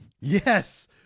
Yes